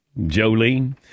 Jolene